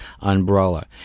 umbrella